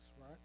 right